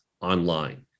online